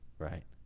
right.